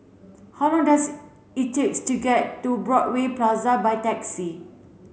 how long does it take to get to Broadway Plaza by taxi